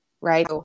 right